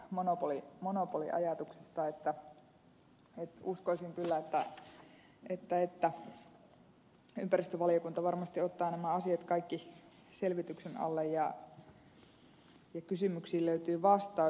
mutta uskoisin kyllä että ympäristövaliokunta varmasti ottaa kaikki nämä asiat selvityksen alle ja kysymyksiin löytyy vastaus